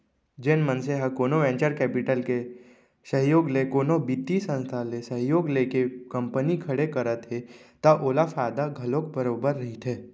जेन मनसे ह कोनो वेंचर कैपिटल के सहयोग ले कोनो बित्तीय संस्था ले सहयोग लेके कंपनी खड़े करत हे त ओला फायदा घलोक बरोबर रहिथे